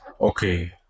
okay